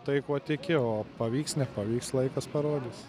tai kuo tiki o pavyks nepavyks laikas parodys